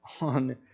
on